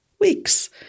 weeks